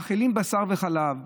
מאכילים בשר וחלב,